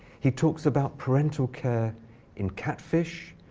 he talks about parental care in catfish.